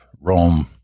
Rome